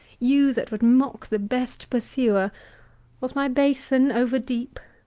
you that would mock the best pursuer was my basin over-deep?